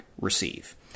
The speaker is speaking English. receive